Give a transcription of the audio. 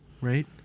Right